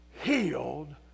healed